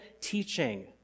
teaching